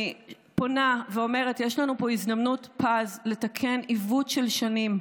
אני פונה ואומרת: יש לנו פה הזדמנות פז לתקן עיוות של שנים,